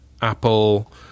Apple